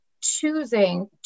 choosing